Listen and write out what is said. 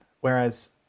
whereas